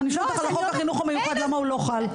אני שואלת על חוק החינוך המיוחד למה הוא לא חל?